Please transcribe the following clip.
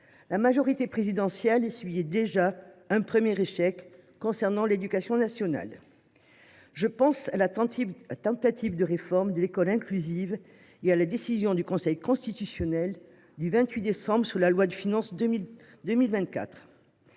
la majorité présidentielle avait déjà essuyé un échec concernant l’éducation nationale. Je pense à la tentative de réforme de l’école inclusive et à la décision du Conseil constitutionnel du 28 décembre dernier sur la loi de finances pour